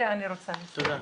תודה,